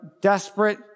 desperate